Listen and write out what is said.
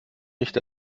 nicht